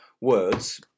words